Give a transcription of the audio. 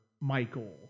Michael